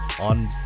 on